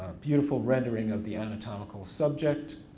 ah beautiful rendering of the anatomical subject